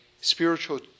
spiritual